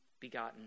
begotten